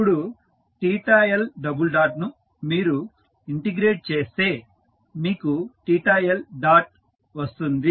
ఇప్పుడు L ను మీరు ఇంటిగ్రేట్ చేస్తే మీకు L వస్తుంది